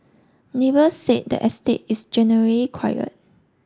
neighbours said the estate is generally quiet